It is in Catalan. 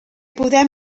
podem